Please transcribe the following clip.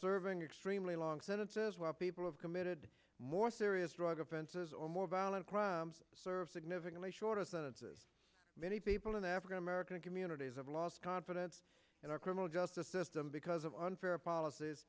serving extremely long sentences while people have committed more serious drug offenses or more violent crimes serve significantly shorter sentences many people in african american communities have lost confidence in our criminal justice system because of unfair policies